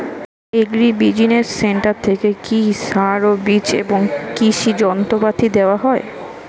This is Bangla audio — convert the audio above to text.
এগ্রি বিজিনেস সেন্টার থেকে কি সার ও বিজ এবং কৃষি যন্ত্র পাতি দেওয়া হয়?